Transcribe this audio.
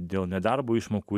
dėl nedarbo išmokų